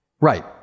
Right